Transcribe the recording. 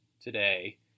today